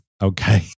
okay